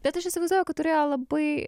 bet aš įsivaizduoju kad turėjo labai